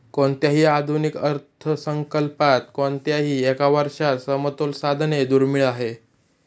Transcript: कोणत्याही आधुनिक अर्थसंकल्पात कोणत्याही एका वर्षात समतोल साधणे दुर्मिळ आहे